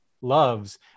loves